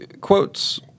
quotes